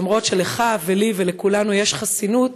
שלמרות שלך ולי ולכולנו יש חסינות,